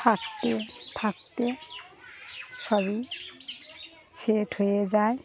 থাকতে থাকতে সবই সেট হয়ে যায়